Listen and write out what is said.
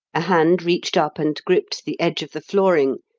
a hand reached up and gripped the edge of the flooring,